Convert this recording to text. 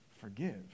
forgive